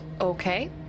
Okay